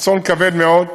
אסון כבד מאוד,